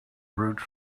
root